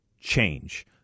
Change